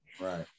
right